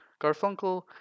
Garfunkel